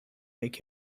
make